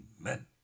Amen